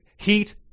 Heat